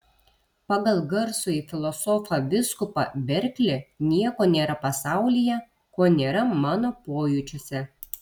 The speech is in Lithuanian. pagal garsųjį filosofą vyskupą berklį nieko nėra pasaulyje ko nėra mano pojūčiuose